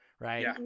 Right